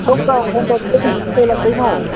ꯁꯣꯝꯅ ꯐꯣꯟ ꯇꯧꯕꯤꯔꯛꯂꯤꯁꯤꯕꯨ ꯀꯔꯤ ꯂꯝꯗꯩꯅꯣ